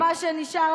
שב.